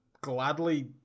gladly